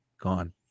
gone